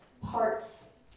parts